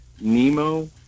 Nemo